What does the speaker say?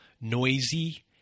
noisy